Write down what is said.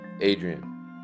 Adrian